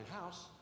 house